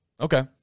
Okay